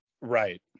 Right